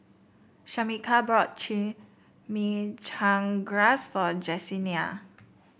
Shamika bought Chimichangas for Jessenia